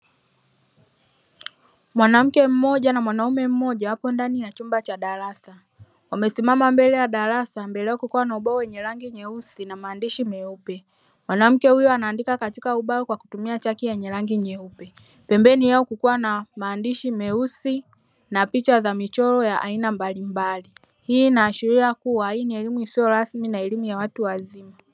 Mwanamke mmoja na mwanaume mmoja wapo ndani ya chumba cha darasa wamesimama mbele ya darasa mbele yao kukiwa na ubao wenye rangi nyeusi na maandishi meupe, mwanamke huyo anaandika katika ubao huo kwa kutumia chaki yenye rangi nyeupe pembeni yao kukiwa na maandishi meusi na picha za michoro ya aina mbalimbali, hii inaashiria kuwa hii ni elimu isiyo rasmi na elimu ya watu wazima.